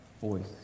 voice